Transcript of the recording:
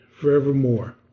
forevermore